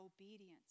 obedience